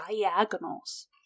diagonals